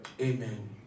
Amen